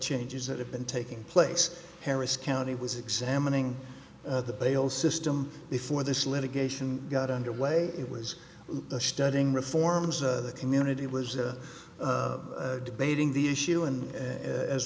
changes that have been taking place harris county was examining the bail system before this litigation got underway it was studying reforms that the community was the debating the issue and as